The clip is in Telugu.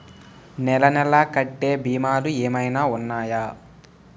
నెల నెల కట్టే భీమాలు ఏమైనా ఉన్నాయా?